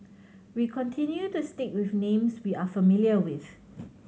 we continue to stick with names we are familiar with